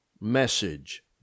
message